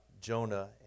Jonah